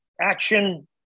Action